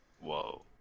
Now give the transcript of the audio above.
Whoa